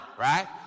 right